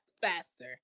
faster